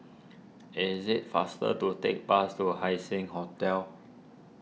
is it faster to take bus to Haising Hotel